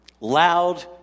loud